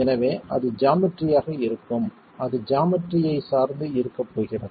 எனவே அது ஜாமெட்ரி ஆக இருக்கும் அது ஜாமெட்ரி ஐ சார்ந்து இருக்கப் போகிறது